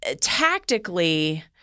tactically